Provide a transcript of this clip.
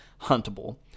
huntable